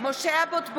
(קוראת בשמות חברי הכנסת) משה אבוטבול,